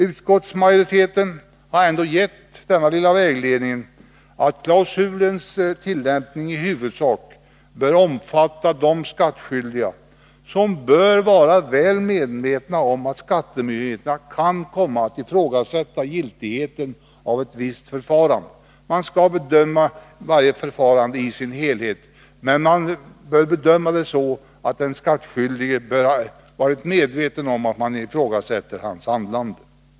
Utskottsmajoriteten har ändå gett den vägledningen att klausulens tillämpning i huvudsak skall omfatta de skattskyldiga som bör vara väl medvetna om att skattemyndigheterna kan komma att ifrågasätta giltigheten av ett visst förfarande. Varje förfarande skall bedömas i sin helhet, men bedömningen skall ske på ett sätt som gör att den skattskyldige bör vara medveten om att hans handlande ifrågasätts.